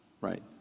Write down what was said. right